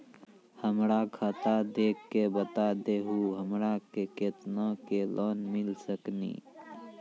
हमरा खाता देख के बता देहु हमरा के केतना के लोन मिल सकनी?